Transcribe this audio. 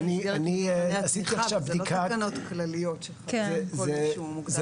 זה לא תקנות כלליות --- עשיתי עכשיו בדיקה.